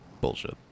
bullshit